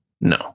No